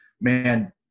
man